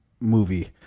movie